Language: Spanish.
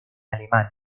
alemán